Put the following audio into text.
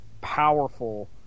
powerful